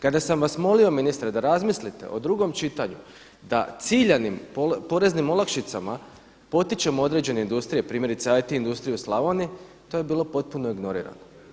Kada sam vas molio ministre da razmislite o drugom čitanju da ciljanim poreznim olakšicama potičemo određene industrije, primjerice IT industriju u Slavoniji to je bilo potpuno ignorirano.